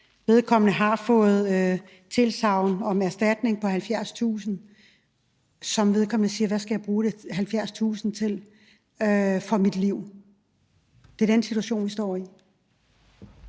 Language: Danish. Vedkommende har fået tilsagn om en erstatning på 70.000 kr., hvor vedkommende siger: Hvad skal jeg bruge 70.000 kr. som erstatning for mit liv til? Det er den situation, vi står i.